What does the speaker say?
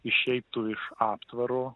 išeitų iš aptvaro